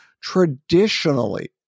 traditionally